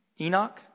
Enoch